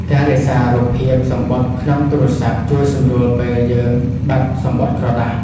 ការរក្សារូបភាពសំបុត្រក្នុងទូរស័ព្ទ ជួយសម្រួលពេលយើងបាត់សំបុត្រក្រដាស។